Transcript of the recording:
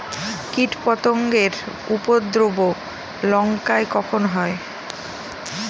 কীটপতেঙ্গর উপদ্রব লঙ্কায় কখন হয়?